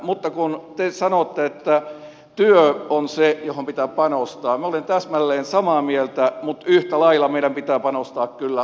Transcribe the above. mutta kun te sanotte että työ on se johon pitää panostaa minä olen täsmälleen samaa mieltä mutta yhtä lailla meidän pitää panostaa kyllä osaamiseen